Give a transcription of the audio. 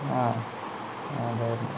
ആ അതായിരുന്നു